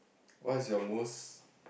what is your most